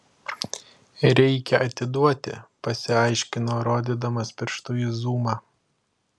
reikia atiduoti pasiaiškino rodydamas pirštu į zumą